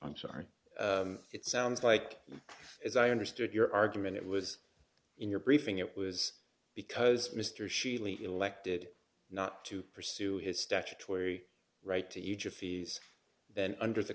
i'm sorry it sounds like as i understood your argument it was in your briefing it was because mr sheley elected not to pursue his statutory right to ija fees then under the